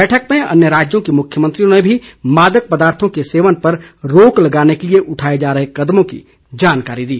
बैठक में अन्य राज्यों के मुख्यमंत्रियों ने भी मादक पदार्थो के सेवन पर रोक लगाने के लिए उठाए जा रहे कदमों की जानकारी दी